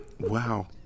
Wow